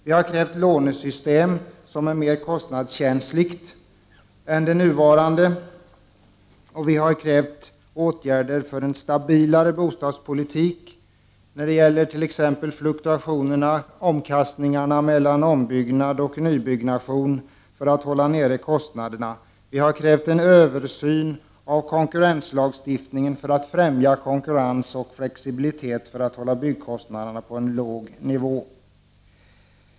Vi har krävt ett lånesystem som är mera kostnadskänsligt än det nuvarande, och vi har för att hålla kostnaderna nere krävt åtgärder för en stabilare bostadspolitik, som motverkar svängningarna mellan ombyggnad och nyproduktion. Vi har begärt en översyn av konkurrenslagstiftningen för att främja konkurrens och flexibilitet och för att hålla byggkostnaderna på en låg nivå.